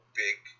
big